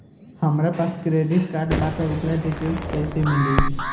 हमरा पास credit card बा त ओकर डिटेल्स कइसे मिली?